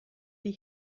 die